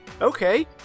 Okay